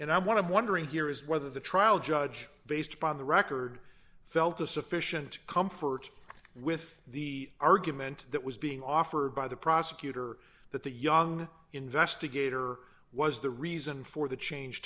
to wondering here is whether the trial judge based upon the record felt a sufficient comfort with the argument that was being offered by the prosecutor that the young investigator was the reason for the change